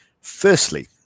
firstly